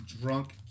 drunk